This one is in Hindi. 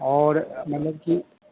और मतलब कि